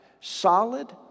solid